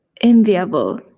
enviable